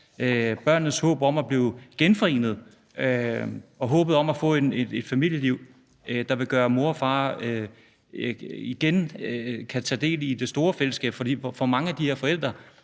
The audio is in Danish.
børnenes håb om at blive genforenet med familien og håb om at få et familieliv, hvor mor og far igen kan tage del i det store fællesskab. For mange af de her forældre